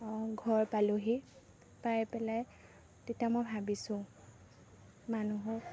ঘৰ পালোহি পাই পেলাই তেতিয়া মই ভাবিছোঁ মানুহক